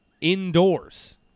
indoors